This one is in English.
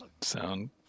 sound